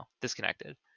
disconnected